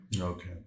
okay